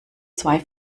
zwei